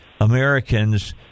Americans